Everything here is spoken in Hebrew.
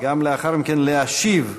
וגם לאחר מכן להשיב,